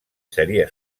seria